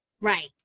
Right